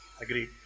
agreed